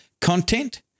content